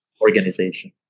organization